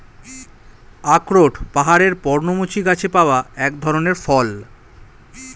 আখরোট পাহাড়ের পর্ণমোচী গাছে পাওয়া এক ধরনের ফল